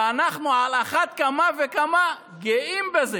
ואנחנו על אחת כמה וכמה גאים בזה